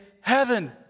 heaven